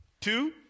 two